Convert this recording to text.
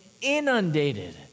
inundated